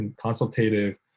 consultative